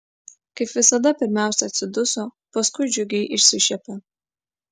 kaip visada pirmiausia atsiduso paskui džiugiai išsišiepė